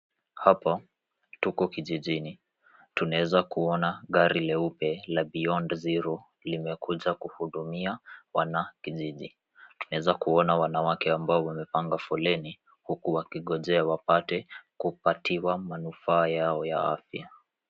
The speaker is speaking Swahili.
Hapa tuko kikijini. Tunaweza kuona gari leupe la [cs ] Beyond Zero limekuja kuhudumia wanakijiji. Tunaweza kuona wanawake ambao wamepanga foleni huku wakingojea waweze kupatiwa manufaa yao ya afya.